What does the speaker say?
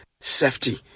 safety